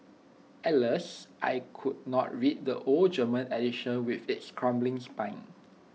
Alas I could not read the old German edition with its crumbling spine